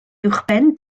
uwchben